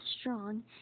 strong